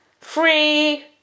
free